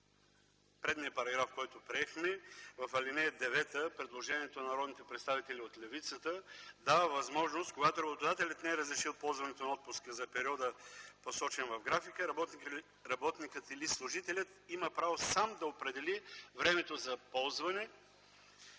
предния параграф, който приехме, ал. 9 - предложение на народните представители от левицата, дава възможност, когато работодателят не е разрешил ползването на отпуск за периода, посочен в графика, работникът или служителят сам да определи времето за ползване,